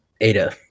Ada